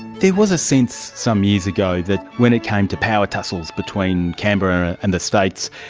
there was a sense, some years ago, that when it came to power tussles between canberra and the states,